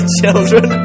children